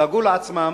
דאגו לעצמם,